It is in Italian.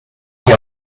che